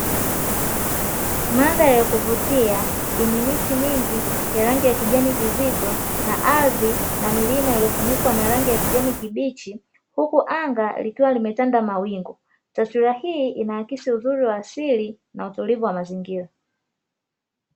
Mandhari ya kuvutia yenye miti mingi ya rangi ya kijani kizito, na ardhi na milima iliyofunikwa na rangi ya kijani kibichi, huku anga likiwa limetanda mawingu. Taswira hii inaakisi uzuri wa asili na utulivu wa mazingira.